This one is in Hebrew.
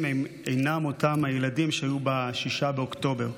אינם אותם הילדים שהיו ב-6 באוקטובר.